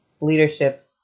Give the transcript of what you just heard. leadership